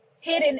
hidden